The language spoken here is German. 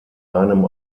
einem